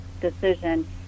decision